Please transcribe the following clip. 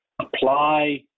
apply